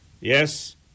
Yes